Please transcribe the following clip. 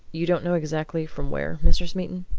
you don't know exactly from where, mr. smeaton?